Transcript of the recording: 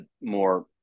more